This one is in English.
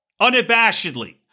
unabashedly